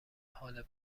حال